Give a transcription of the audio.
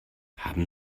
haben